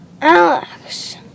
Alex